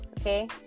okay